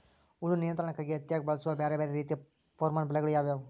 ಹುಳು ನಿಯಂತ್ರಣಕ್ಕಾಗಿ ಹತ್ತ್ಯಾಗ್ ಬಳಸುವ ಬ್ಯಾರೆ ಬ್ಯಾರೆ ರೇತಿಯ ಪೋರ್ಮನ್ ಬಲೆಗಳು ಯಾವ್ಯಾವ್?